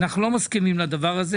אנחנו לא מסכימים לזה.